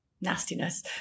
nastiness